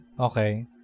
Okay